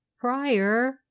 prior